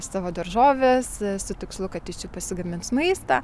savo daržoves su tikslu kad iš jų pasigamins maistą